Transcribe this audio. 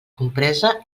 compresa